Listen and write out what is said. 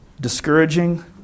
discouraging